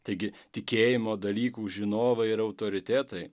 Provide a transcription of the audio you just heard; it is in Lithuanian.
taigi tikėjimo dalykų žinovai ir autoritetai